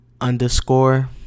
underscore